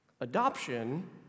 Adoption